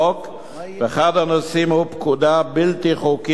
ואחד הנושאים הוא פקודה בלתי חוקית בעליל.